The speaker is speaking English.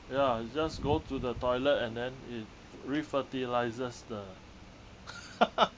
ya just go to the toilet and then it refertilises the